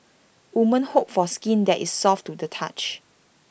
women hope for skin that is soft to the touch